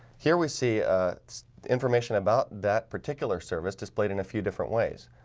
here we see ah information about that particular service displayed in a few different ways.